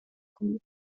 kong